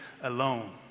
alone